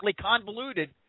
convoluted